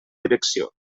direcció